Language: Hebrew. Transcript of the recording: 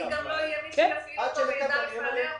כי גם לא יהיה מי שיפעיל אותו ויידע לפענח אותו.